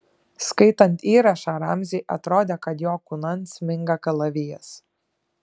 skaitant įrašą ramziui atrodė kad jo kūnan sminga kalavijas